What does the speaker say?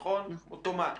אוטומטית.